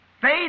faith